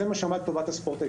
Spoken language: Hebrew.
זה מה שעמד לטובת הספורט הישראלי.